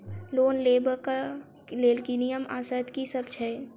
Loan लेबऽ कऽ लेल नियम आ शर्त की सब छई?